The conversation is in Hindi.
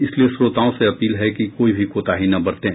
इसलिए श्रोताओं से अपील है कि कोई भी कोताही न बरतें